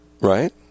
right